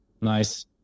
nice